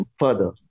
further